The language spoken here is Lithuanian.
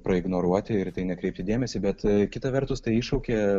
praignoruoti ir tai nekreipti dėmesio bet kita vertus tai iššaukia